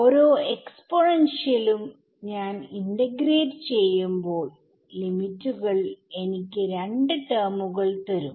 ഓരോ എക്സ്പോണെൻഷിയലും ഞാൻ ഇന്റിഗ്രേറ്റ് ചെയ്യുമ്പോൾ ലിമിറ്റുകൾ എനിക്ക് 2 ടെർമുകൾ തരും